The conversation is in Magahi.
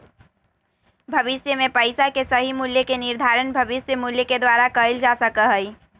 भविष्य में पैसा के सही मूल्य के निर्धारण भविष्य मूल्य के द्वारा कइल जा सका हई